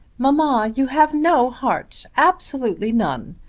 mamma, you have no heart absolutely none.